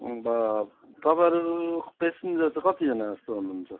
अब तपाईँहरू प्यासेन्जर चाहिँ कतिजना जस्तो हुनुहुन्छ